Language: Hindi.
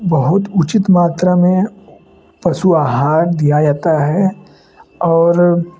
बहुत उचित मात्रा में पशु आहार दिया जाता है और